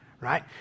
right